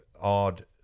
odd